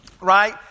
right